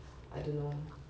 I don't know